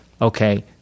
okay